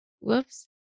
Whoops